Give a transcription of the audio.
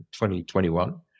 2021